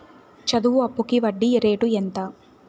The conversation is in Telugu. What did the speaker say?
చదువు అప్పుకి వడ్డీ రేటు ఎంత?